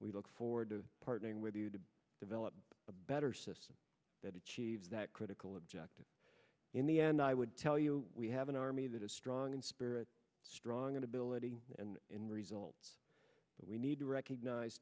we look forward to partnering with you to develop a better system that achieves that critical objective in the end i would tell you we have an army that is strong in spirit strong in ability and in results we need to recognize